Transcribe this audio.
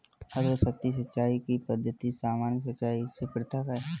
अधोसतही सिंचाई की पद्धति सामान्य सिंचाई से पृथक है